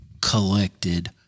collected